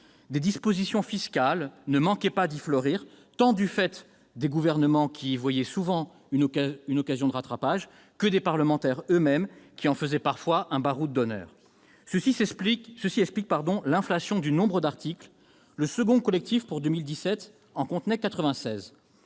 des dispositions fiscales ne manquaient pas d'y fleurir, du fait tant des gouvernements, qui saisissaient souvent une occasion de rattrapage, que des parlementaires eux-mêmes, qui faisaient parfois un baroud d'honneur. Cela explique l'inflation du nombre d'articles dans les textes de ce genre : 96